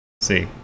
see